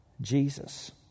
Jesus